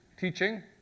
teaching